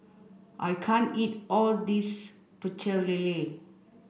I can't eat all of this Pecel Lele